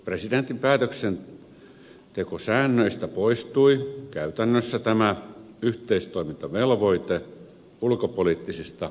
ensimmäisessä käsittelyssä presidentin päätöksentekosäännöistä poistui käytännössä tämä yhteistoimintavelvoite ulkopoliittisista päätöksistä